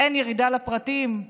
אין ירידה לפרטים,